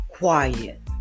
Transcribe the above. Quiet